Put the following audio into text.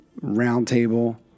roundtable